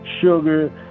sugar